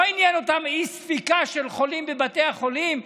לא עניינה אותם אי-ספיקה של חולים בבתי החולים.